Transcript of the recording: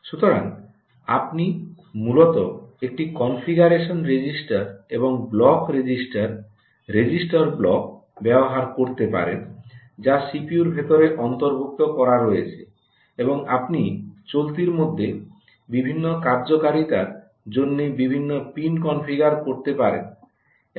সুতরাং আপনি মূলত একটি কনফিগারেশন রেজিস্টার এবং ব্লক রেজিস্টার রেজিস্টার ব্লক ব্যবহার করতে পারেন যা সিপিইউর ভেতরে অন্তর্ভুক্ত করা রয়েছে এবং আপনি চলতির মধ্যে বিভিন্ন কার্যকারিতার জন্য বিভিন্ন পিন কনফিগার করতে পারেন